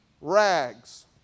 rags